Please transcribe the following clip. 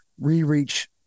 re-reach